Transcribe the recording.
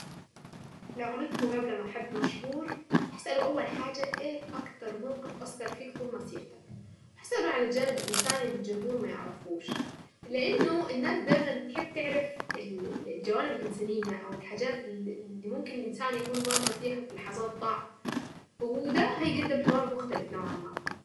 لو عملت مقابلة مع حد مشهور اسأله اول حاجة ايه اكتر موقف اسر فيك طول مسيرتك على الجانب الانساني اللي الجمهور ما يعرفوش. لانه الناس دايما بتحب تعرف الجوانب الانسانية او الحاجات اللي ممكن الانسان يكون مر فيها في لحظات ضعف وده هيقدم حوار مميز.